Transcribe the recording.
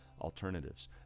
alternatives